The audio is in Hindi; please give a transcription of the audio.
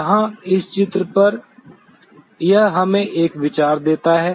यहाँ इस चित्र पर यह हमें एक विचार देता है